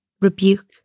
rebuke